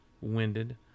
winded